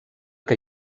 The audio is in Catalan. que